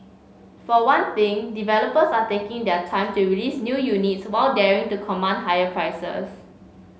for one thing developers are taking their time to release new units while daring to command higher prices